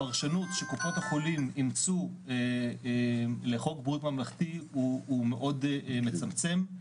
הפרשנות שקופות החולים אימצו לחוק בריאות ממלכתי הוא מאוד מצמצם,